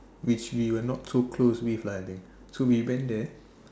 which we were not so close with lah I think so we went there